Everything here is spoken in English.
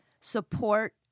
support